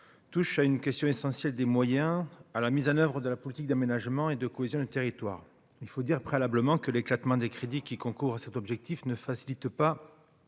touche à une question essentielle des moyens à la mise en oeuvre de la politique d'aménagement et de cohésion du territoire, il faut dire préalablement que l'éclatement des crédits qui concourent à cet objectif ne facilite pas